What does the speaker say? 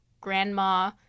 grandma